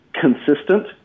consistent